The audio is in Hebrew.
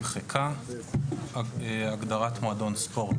ו"מועדון ספורט"